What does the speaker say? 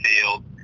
Field